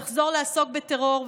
תחזור לעסוק בטרור,